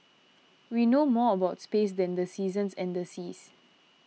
we know more about space than the seasons and the seas